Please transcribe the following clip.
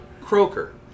croaker